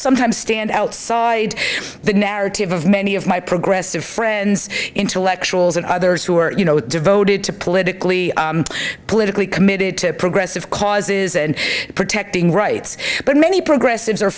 sometimes standouts the narrative of many of my progressive friends intellectuals and others who are you know devoted to politically politically committed to progressive causes and protecting rights but many progressive